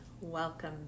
welcome